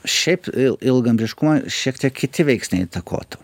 šiaip ilgaamžiškumą šiek tiek kiti veiksniai įtakotų